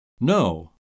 No